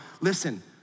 listen